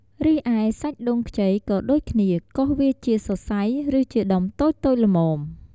រីឯ សាច់ដូងខ្ចី ក៏ដូចគ្នា កូសវាជាសរសៃ ឬជាដុំតូចៗល្មម។